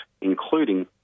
including